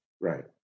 Right